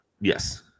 Yes